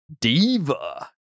Diva